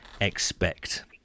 expect